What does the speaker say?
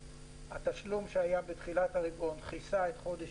התשלום שהיה בתחילת הרבעון כיסה גם את חודש